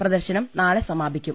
പ്രദർശനം നാളെ സമാപിക്കും